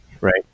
Right